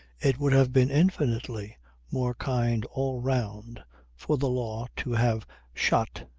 it would have been infinitely more kind all round for the law to have shot,